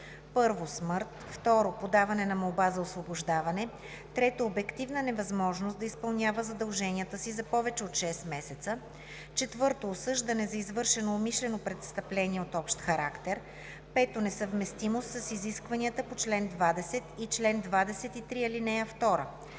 при: 1. смърт; 2. подаване на молба за освобождаване; 3. обективна невъзможност да изпълнява задълженията си за повече от 6 месеца; 4. осъждане за извършено умишлено престъпление от общ характер; 5. несъвместимост с изискванията по чл. 20 и чл. 23, ал.